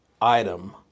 item